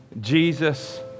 Jesus